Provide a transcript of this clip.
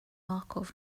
markov